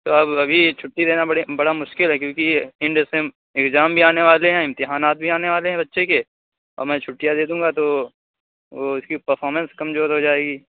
تو اب ابھی چھٹی دینا بڑے بڑا مشکل ہے کیونکہ اگزام بھی آنے والے ہیں امتحانات بھی آنے والے ہیں بچے کے اور میں چھٹیاں دے دوں گا تو وہ اس کی پرفارمینس کمزور ہو جائے گی